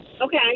Okay